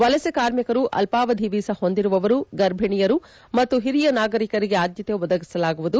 ವಲಸೆ ಕಾರ್ಮಿಕರು ಅಲ್ಪಾವಧಿ ವೀಸಾ ಹೊಂದಿರುವವರು ಗರ್ಭಿಣಿಯರು ಮತ್ತು ಹಿರಿಯ ನಾಗರಿಕರಿಗೆ ಆದ್ಯತೆ ಒದಗಿಸಲಾಗುವುದು